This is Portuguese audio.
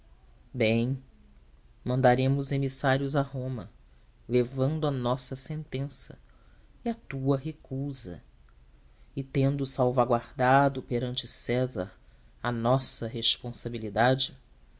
bem mandaremos emissários a roma levando a nossa sentença e a tua recusa e tendo salvaguardado perante césar a nossa responsabilidade